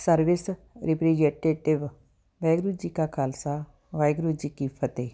service representative Waheguru ji ਕਾ ਖਾਲਸਾ ਵਾਹਿਗੁਰੂ ਜੀ ਕੀ ਫਤਿਹ